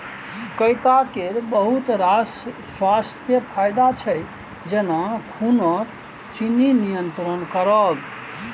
कैता केर बहुत रास स्वास्थ्य फाएदा छै जेना खुनक चिन्नी नियंत्रण करब